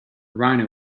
rhino